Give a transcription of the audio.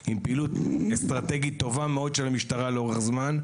עם פעילות אסטרטגית טובה מאוד של המשטרה לאורך זמן,